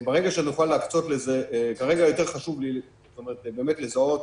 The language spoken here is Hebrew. וברגע שנוכל להקצות לזה כרגע יותר חשוב לי באמת לזהות